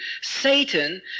Satan